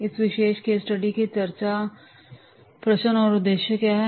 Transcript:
इस विशेष case study के चर्चा प्रश्न और उद्देश्य क्या है